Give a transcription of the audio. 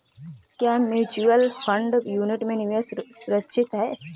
क्या mutual fund unit में निवेश सुरक्षित है?